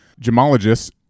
gemologists